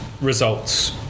results